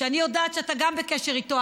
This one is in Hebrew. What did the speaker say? שאני יודעת שאתה גם בקשר איתו,